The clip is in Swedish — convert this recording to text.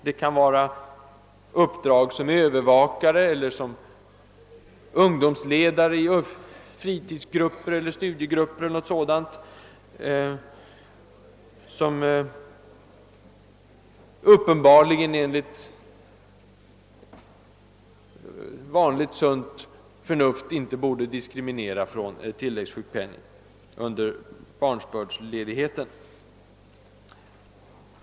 Det kan gälla uppdrag som övervakare eller som ungdomsledare i fritidsgrupper eller studiegrupper, eller något annat, som uppenbarligen enligt vanligt sunt förnuft inte borde diskvalificera för tilläggssjukpenning under barnsbördsledigheten.